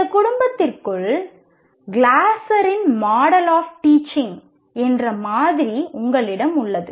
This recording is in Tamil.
இந்த குடும்பத்திற்குள் கிளாஸரின் மாடல் ஆஃப் டீச்சிங் என்ற மாதிரி உங்களிடம் உள்ளது